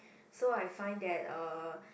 so I find that uh